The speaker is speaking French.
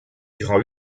durant